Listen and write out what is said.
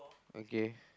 okay